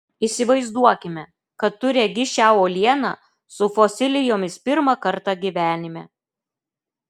įsivaizduokime kad tu regi šią uolieną su fosilijomis pirmą kartą gyvenime